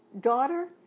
Daughter